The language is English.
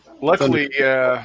Luckily